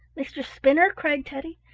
mistress spinner! cried teddy.